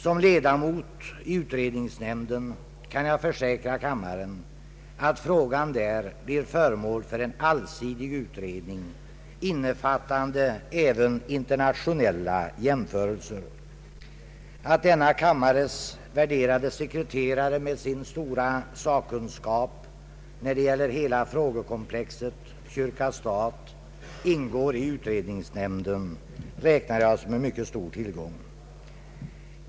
Som ledamot av utredningsnämnden kan jag försäkra kammaren att frågan där blir föremål för en allsidig utredning, innefattande även internationella jämförelser. Att denna kammares värderade sekreterare med sin stora sakkunskap när det gäller hela frågekomplexet kyrka—stat ingår i utredningsnämnden räknar jag som en mycket stor tillgång.